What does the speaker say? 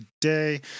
today